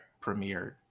premiered